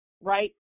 right